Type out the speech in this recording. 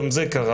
גם זה קרה.